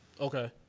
Okay